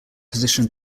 position